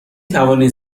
توانید